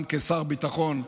גם כשר ביטחון,